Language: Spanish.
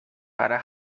para